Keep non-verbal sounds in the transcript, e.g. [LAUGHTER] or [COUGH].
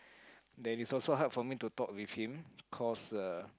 [BREATH] then it's also hard for me to talk with him cause uh